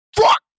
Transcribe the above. Fuck